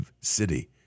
city